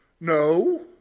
No